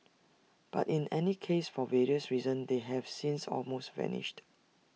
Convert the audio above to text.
but in any case for various reasons they have since almost vanished